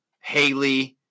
Haley